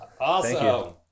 Awesome